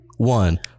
One